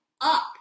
up